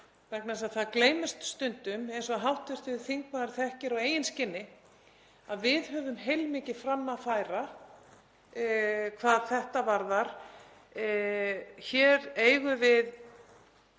vegna þess að það gleymist stundum, eins og hv. þingmaður þekkir á eigin skinni, að við höfum heilmikið fram að færa hvað þetta varðar. Hér eigum við